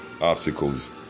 obstacles